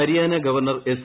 Haryana governor S